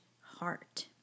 heart